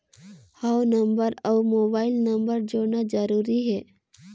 हव नंबर अउ mobile number जोड़ना जरूरी हे?